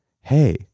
hey